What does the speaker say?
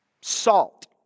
Salt